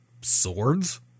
Swords